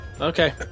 Okay